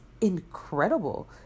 incredible